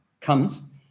comes